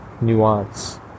nuance